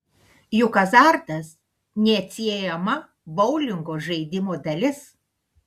juk azartas neatsiejama boulingo žaidimo dalis